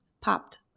popped